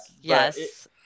Yes